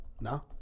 no